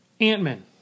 Ant-Man